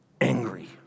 angry